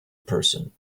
person